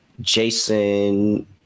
Jason